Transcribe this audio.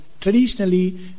traditionally